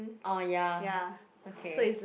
orh ya okay